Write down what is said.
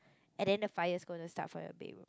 and then the fire is gonna start from your bedroom